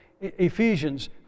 Ephesians